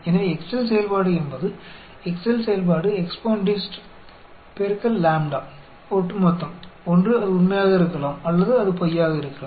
எனவே எக்செல் செயல்பாடு என்பது EXPONDIST எக்செல் செயல்பாடு EXPONDIST x லாம்ப்டா ஒட்டுமொத்தம் ஒன்று அது உண்மையாக இருக்கலாம் அல்லது அது பொய்யாக இருக்கலாம்